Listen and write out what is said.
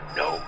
no